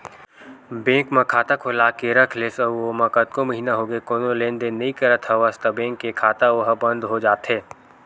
bank म खाता खोलाके के रख लेस अउ ओमा कतको महिना होगे कोनो लेन देन नइ करत हवस त बेंक के खाता ओहा बंद हो जाथे